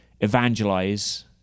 evangelize